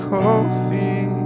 coffee